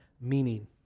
meaning